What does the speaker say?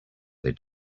they